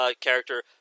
character